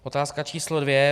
Otázka číslo dvě.